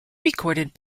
recorded